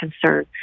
concern